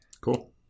Cool